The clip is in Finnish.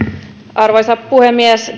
arvoisa puhemies